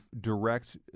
direct